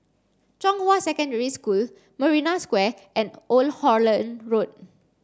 Zhonghua Secondary School Marina Square and Old Holland Road